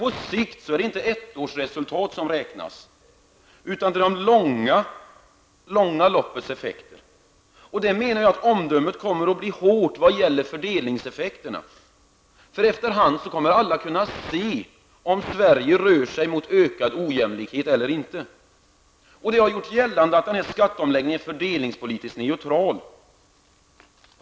På sikt är det inte ettårsresultaten som räknas utan effekterna i det långa loppet. Där menar jag att omdömet kommer att bli hårt i vad gäller fördelningseffekterna. Efter hand kommer alla att kunna se om Sverige rör sig mot ökad ojämlikhet eller inte. Det har gjorts gällande att denna skatteomläggning är fördelningspolitiskt neutral.